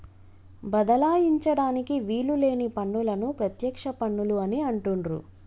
బదలాయించడానికి వీలు లేని పన్నులను ప్రత్యక్ష పన్నులు అని అంటుండ్రు